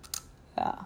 ya